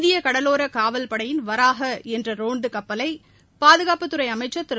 இந்திய கடலோர காவல்படையின் வராஹ என்ற ரோந்து கப்பலை பாதுகாப்புத்துறை அமைச்சர் திரு